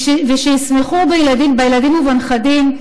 / ושישמחו בילדים ובנכדים,